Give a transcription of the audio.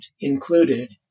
included